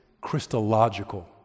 Christological